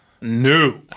new